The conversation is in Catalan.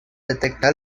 detectar